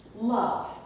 Love